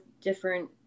different